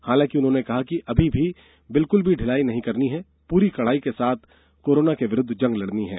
हालांकि उन्होंने कहा कि अभी बिल्कुल भी ढिलाई नहीं करनी है पूरी कड़ाई के साथ कोरोना के विरूद्व जंग लड़नी है